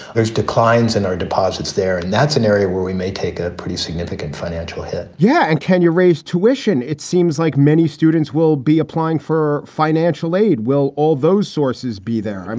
there's declines in our deposits there. and that's an area where we may take a pretty significant financial hit yeah. and can you raise tuition? it seems like many students will be applying for financial aid. will all those sources be there? i